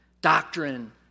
doctrine